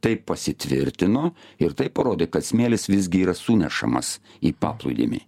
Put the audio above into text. tai pasitvirtino ir tai parodė kad smėlis visgi yra sunešamas į paplūdimį